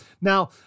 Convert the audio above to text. Now